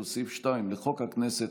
ולסעיף 2 לחוק הכנסת,